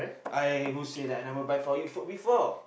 I who say that I never buy for you food before